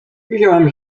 wziąłem